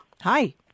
Hi